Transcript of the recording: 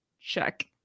Check